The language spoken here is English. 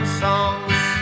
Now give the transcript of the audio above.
songs